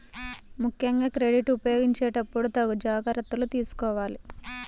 ముక్కెంగా క్రెడిట్ ఉపయోగించేటప్పుడు తగు జాగర్తలు తీసుకోవాలి